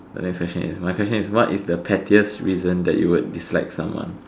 so next question is my question is what is the pettiest reason that you would dislike someone